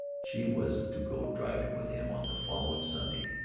she was to go driving with him on the following sunday,